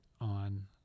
on